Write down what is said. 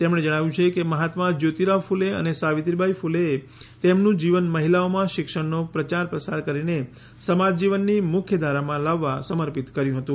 તેમણે આ જણાવ્યું છે કે મહાત્મા જ્યોતિરાવ કૂલે અને સાવિત્રીબાઈ ફૂલેએ તેમનું જીવન મહિલાઓમાં શિક્ષણનો પ્રસાર પ્રચાર કરીને સમાજ જીવનની મુખ્યધારામાં લાવવા સમર્પિત કર્યું હતું